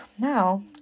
now